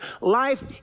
life